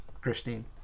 Christine